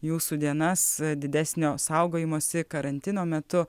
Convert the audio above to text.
jūsų dienas didesnio saugojimosi karantino metu